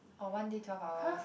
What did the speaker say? or one day twelve hours